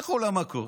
לכו למקום,